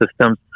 Systems